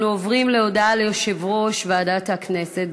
אנחנו עוברים, הודעה ליושב-ראש ועדת הכנסת.